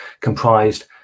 comprised